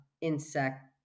insect